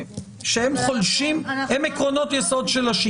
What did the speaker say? שהם עקרונות יסוד של השיטה.